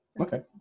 Okay